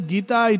Gita